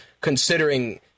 considering